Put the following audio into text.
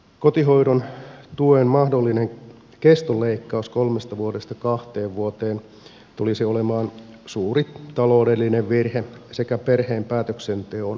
kotihoidon tuen mahdollinen kestoleikkaus kolmesta vuodesta kahteen vuoteen tulisi olemaan suuri taloudellinen virhe sekä perheen päätöksenteon kavennus